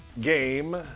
game